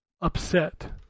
upset